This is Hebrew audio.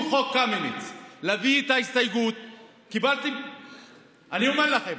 אני אומר לכם,